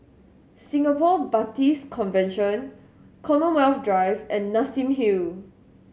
Singapore Baptist Convention Commonwealth Drive and Nassim Hill